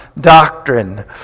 doctrine